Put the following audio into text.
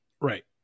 Right